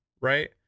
right